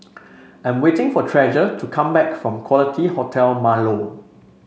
I'm waiting for Treasure to come back from Quality Hotel Marlow